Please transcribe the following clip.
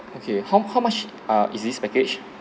okay how how much ah is this package